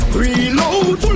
reload